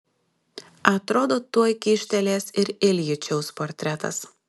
atrodo tuoj kyštelės ir iljičiaus portretas